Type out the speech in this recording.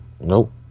Nope